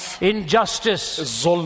injustice